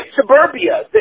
suburbia